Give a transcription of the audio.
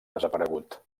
desaparegut